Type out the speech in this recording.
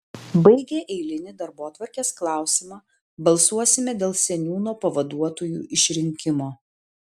baigę eilinį darbotvarkės klausimą balsuosime dėl seniūno pavaduotojų išrinkimo